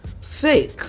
fake